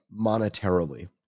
monetarily